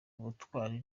ubutwari